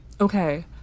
Okay